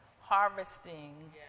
harvesting